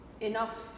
Enough